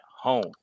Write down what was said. home